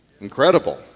Incredible